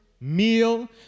meal